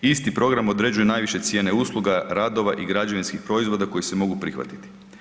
Isti program određuje najviše cijene usluga, radova i građ. proizvoda koji se mogu prihvatiti.